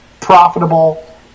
profitable